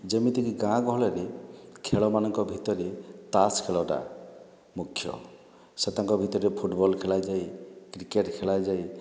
ଯେମିତିକି ଗାଁ ଗହଳରେ ଖେଳମାନଙ୍କ ଭିତରେ ତାସ୍ ଖେଳଟା ମୁଖ୍ୟ ସେ ତାଙ୍କ ଭିତରେ ଫୁଟବଲ୍ ଖେଳାଯାଏ କ୍ରିକେଟ୍ ଖେଳାଯାଏ